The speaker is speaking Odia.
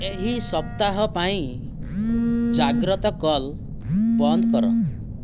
ଏହି ସପ୍ତାହ ପାଇଁ ଜାଗ୍ରତ କଲ୍ ବନ୍ଦ କର